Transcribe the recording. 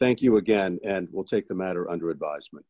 thank you again and will take the matter under advisement